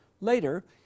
Later